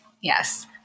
Yes